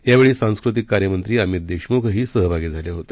यावेळी सांस्कृतिक कार्यमंत्री अमित देशमुखही सहभागी झाले होते